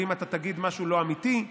ואם אתה תגיד משהו לא אמיתי,